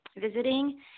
visiting